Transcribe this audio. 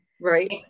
right